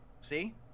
See